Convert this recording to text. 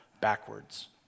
backwards